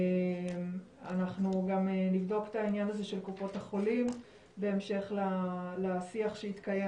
אנחנו גם נבדוק את העניין הזה של קופות החולים בהמשך לשיח שהתקיים